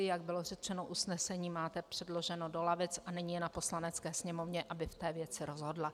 Jak bylo řečeno, usnesení máte předloženo do lavic a nyní je na Poslanecké sněmovně, aby v té věci rozhodla.